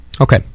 Okay